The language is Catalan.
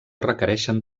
requereixen